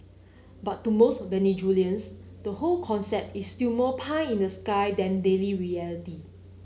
but to most Venezuelans the whole concept is still more pie in the sky than daily reality